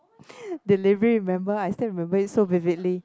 delivery remember I still remember it so vividly